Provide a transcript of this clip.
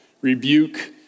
rebuke